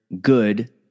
good